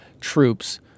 troops